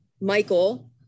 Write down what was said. Michael